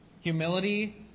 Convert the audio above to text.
humility